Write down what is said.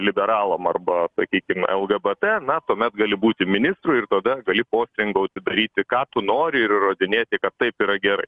liberalam arba sakykim lgbt na tuomet gali būti ministru ir tada gali postringauti daryti ką tu nori ir įrodinėti kad taip yra gerai